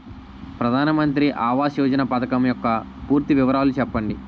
ప్రధాన మంత్రి ఆవాస్ యోజన పథకం యెక్క పూర్తి వివరాలు చెప్పండి?